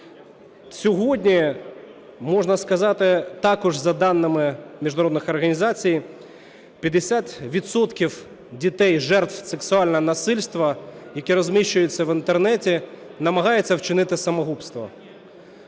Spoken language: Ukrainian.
Сьогодні, можна сказати, також за даними міжнародних організацій, 50 відсотків дітей-жертв сексуального насильства, яке розміщується в Інтернеті, намагаються вчинити самогубство.